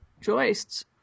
joists